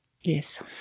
Yes